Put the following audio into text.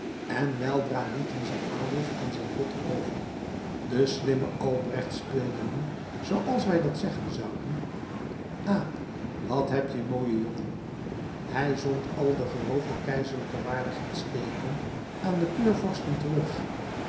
en weldra lieten ze adolf aan zijn lot over de slimme albrecht speelde nu zooals wij dat zeggen zouden aap wat heb je mooie jongen hij zond al de geroofde keizerlijke waardigheids teekenen aan de keurvorsten terug